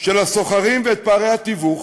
של הסוחרים ואת פערי התיווך